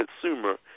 consumer